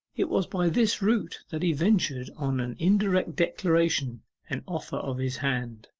it was by this route that he ventured on an indirect declaration and offer of his hand.